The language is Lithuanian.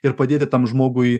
ir padėti tam žmogui